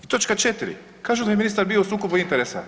I točka 4. kažu da je ministar bio u sukobu interesa?